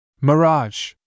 Mirage